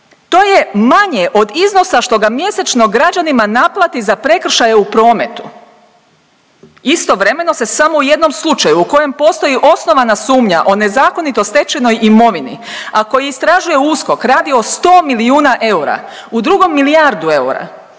to je manje od iznosa što ga mjesečno građanima naplati za prekršaje u prometu. Istovremeno se samo u jednom slučaju u kojem postoji osnovana sumnja o nezakonito stečenoj imovini, a koji istražuje USKOK radi o sto milijuna eura, u drugom milijardu eura.